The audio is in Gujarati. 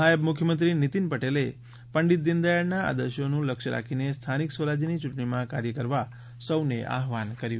નાયબ મુખ્યમંત્રી નીતિન પટેલે પંડિત દિનદયાળના આદર્શોનું લક્ષ્ય રાખીને સ્થાનિક સ્વરાજની યૂંટણીમાં કાર્ય કરવા સૌને આહ્વાન કર્યું